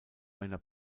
einer